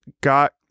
got